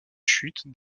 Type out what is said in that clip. chute